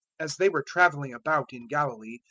as they were travelling about in galilee,